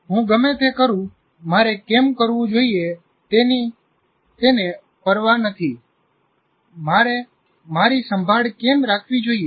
'હું ગમે તે કરું મારે કેમ કરવું જોઈએ તેની તેને પરવા નથી મારે મારી સંભાળ કેમ રાખવી જોઈએ